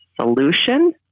solution